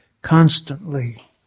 constantly